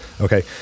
okay